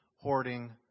hoarding